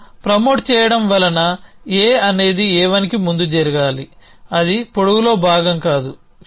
ఇక్కడ ప్రమోట్ చేయడం వలన A అనేది A1కి ముందు జరగాలి అది పొడవులో భాగం కాదు